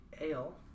Ale